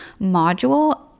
module